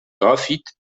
graphite